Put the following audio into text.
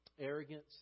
arrogance